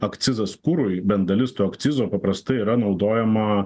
akcizas kurui bent dalis to akcizo paprastai yra naudojama